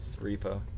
Repo